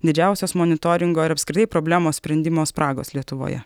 didžiausios monitoringo ir apskritai problemos sprendimo spragos lietuvoje